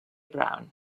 brown